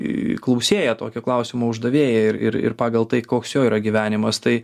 klausėją tokio klausimo uždavėją ir ir ir pagal tai koks jo yra gyvenimas tai